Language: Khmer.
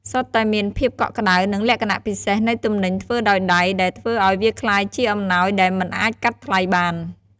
សុទ្ធតែមានភាពកក់ក្តៅ និងលក្ខណៈពិសេសនៃទំនិញធ្វើដោយដៃ ដែលធ្វើឱ្យវាក្លាយជាអំណោយដែលមិនអាចកាត់ថ្លៃបាន។